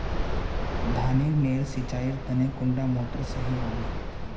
धानेर नेर सिंचाईर तने कुंडा मोटर सही होबे?